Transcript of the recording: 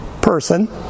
person